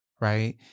Right